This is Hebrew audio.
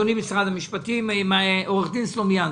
בבקשה, אדוני ממשרד המשפטים, עו"ד סלומינסקי,